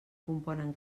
componen